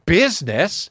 business